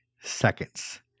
seconds